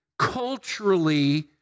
culturally